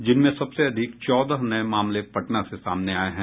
जिनमें सबसे अधिक चौदह नये मामले पटना से सामने आये हैं